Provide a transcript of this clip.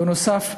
בנוסף,